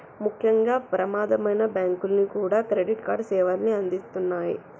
ముఖ్యంగా ప్రమాదమైనా బ్యేంకులన్నీ కూడా క్రెడిట్ కార్డు సేవల్ని అందిత్తన్నాయి